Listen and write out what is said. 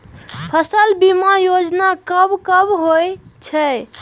फसल बीमा योजना कब कब होय छै?